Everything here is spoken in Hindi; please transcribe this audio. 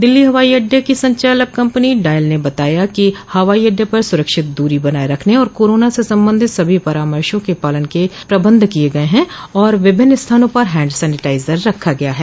दिल्ली हवाई अड्ड की संचालक कम्पनी डायल ने बताया कि हवाई अड्डे पर सुरक्षित दूरी बनाए रखने और कोरोना से संबंधित सभी परामर्शों के पालन के प्रबंध किये गये है और विभिन्न स्थानों पर हैंड सैनिटाइजर रखा गया है